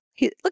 Look